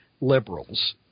liberals